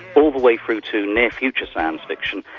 all the way through to near future science fiction,